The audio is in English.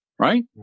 Right